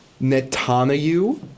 Netanyahu